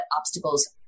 obstacles